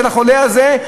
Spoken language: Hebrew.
של החולה הזה,